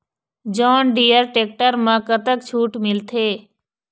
John Deere tractor म कतक छूट मिलथे?